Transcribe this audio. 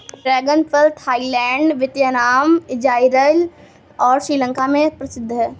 dragon फल Thailand, Vietnam, Israel और श्रीलंका में प्रसिद्ध है